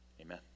Amen